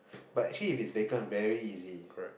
but actually if it's vacant very easy